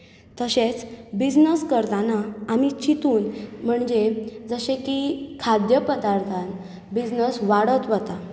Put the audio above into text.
तशेंच बिझनस करताना आमी चिंतून म्हणजे जशें की खाद्य पदार्थान बिझनस वाडत वता